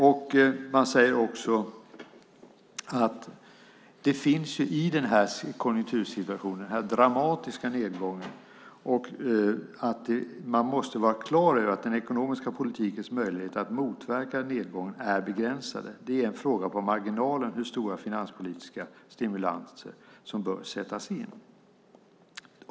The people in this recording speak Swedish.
Det sägs också att man i den här konjunktursituationen, i den här dramatiska nedgången, måste vara klar över att den ekonomiska politikens möjligheter att motverka en nedgång är begränsade. Det är en fråga på marginalen hur stora finanspolitiska stimulanser som bör sättas in.